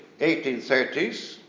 1830s